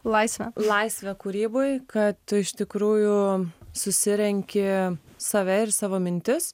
laisvę laisvę kūryboj kad iš tikrųjų susirenki save ir savo mintis